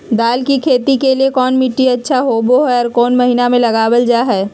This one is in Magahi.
दाल की खेती के लिए कौन मिट्टी अच्छा होबो हाय और कौन महीना में लगाबल जा हाय?